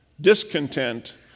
Discontent